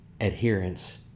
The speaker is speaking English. adherence